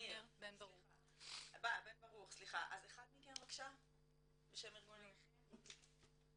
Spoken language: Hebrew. אז אחד מכם בבקשה בשם ארגון הנכים.